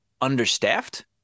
understaffed